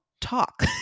talk